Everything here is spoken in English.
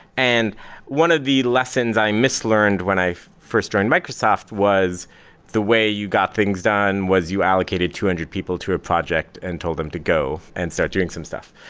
and one of the lessons i mislearned when i first joined microsoft was the way you got things done was you allocated two hundred people to a project and told them to go and start doing some stuff.